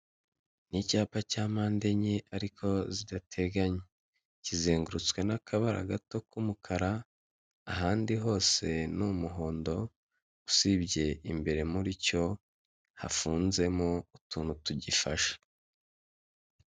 Icyapa cya mpande enye ariko zidateganye, kizengurutswe n'akabara gato k'umukara ahandi hose ni umuhondo, usibye imbere muri cyo hafunzemo utuntu tugifashe.